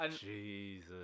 Jesus